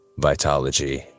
Vitology